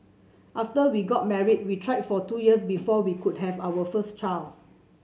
after we got married we tried for two years before we could have our first child